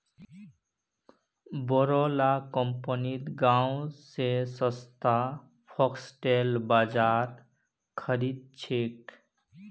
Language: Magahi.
बोरो ला कंपनि गांव स सस्तात फॉक्सटेल बाजरा खरीद छेक